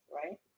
right